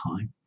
time